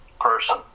person